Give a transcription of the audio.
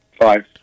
Five